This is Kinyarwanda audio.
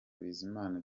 bizimana